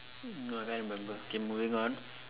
no I cannot remember okay moving on